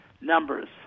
numbers